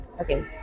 Okay